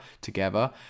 together